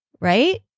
right